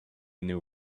new